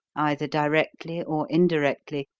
either directly or indirectly,